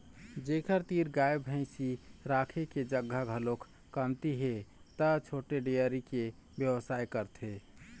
जेखर तीर गाय भइसी राखे के जघा घलोक कमती हे त छोटे डेयरी के बेवसाय करथे